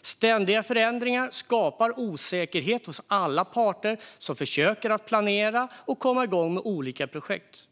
Ständiga förändringar skapar osäkerhet hos alla parter som försöker att planera och komma igång med olika projekt.